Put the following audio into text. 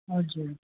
हजुर